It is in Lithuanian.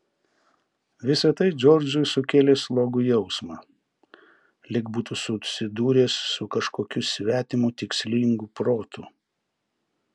visa tai džordžui sukėlė slogų jausmą lyg būtų susidūręs su kažkokiu svetimu tikslingu protu